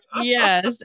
Yes